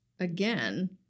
again